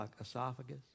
esophagus